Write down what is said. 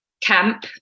camp